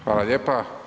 Hvala lijepa.